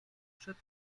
wszedł